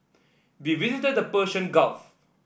we visited the Persian Gulf